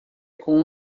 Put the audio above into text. com